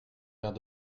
verre